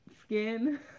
skin